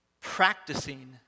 practicing